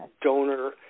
donor